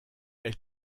elle